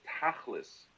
tachlis